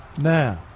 Now